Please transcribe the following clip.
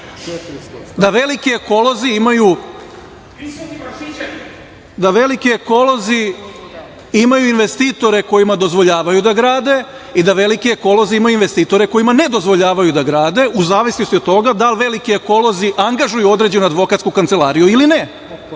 da veliki ekolozi imaju investitore kojima dozvoljavaju da grade, i da veliki ekolozi imaju investitore kojima ne dozvoljavaju da grade, u zavisnosti od toga da li veliki ekolozi angažuju određenu advokatsku kancelariju ili ne. To